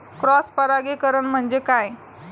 Cross परागीकरण म्हणजे काय?